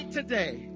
today